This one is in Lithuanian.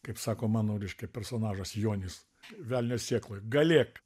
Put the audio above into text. kaip sako mano reiškia personažas jonis velnio sėkloj galėk